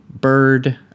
bird